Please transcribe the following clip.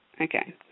Okay